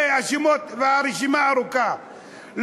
והרשימה ארוכה,